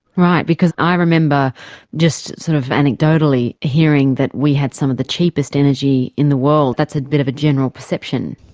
right, because i remember just sort of anecdotally hearing that we had some of the cheapest energy in the world, that's a bit of a general perception.